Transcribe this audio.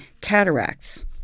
cataracts